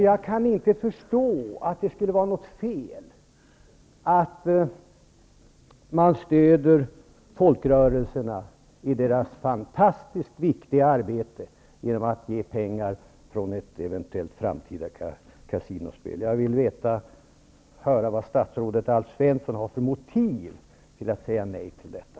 Jag kan inte förstå att det skulle vara något fel att stödja folkrörelserna i deras fantastiskt viktiga arbete genom att ge pengar från ett eventuellt framtida kasinospel. Jag vill höra vad statsrådet Alf Svensson har för motiv till att säga nej till detta.